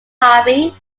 hobby